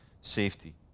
safety